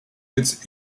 hits